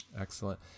Excellent